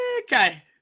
Okay